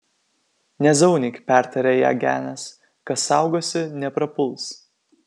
nezaunyk pertarė ją genas kas saugosi neprapuls